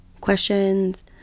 questions